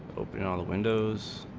but and the windows